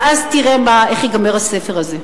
ואז תראה איך ייגמר הספר הזה.